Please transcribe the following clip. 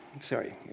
Sorry